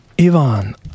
Ivan